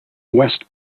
west